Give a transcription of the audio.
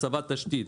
הסבת תשתית